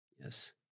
Yes